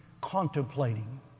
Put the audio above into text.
contemplating